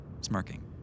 smirking